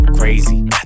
Crazy